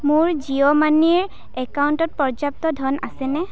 মোৰ জিঅ' মানিৰ একাউণ্টত পৰ্যাপ্ত ধন আছেনে